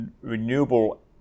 renewable